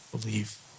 believe